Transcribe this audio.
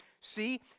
see